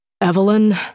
Evelyn